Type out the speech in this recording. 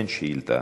אין שאילתה.